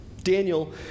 Daniel